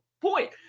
point